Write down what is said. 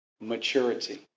maturity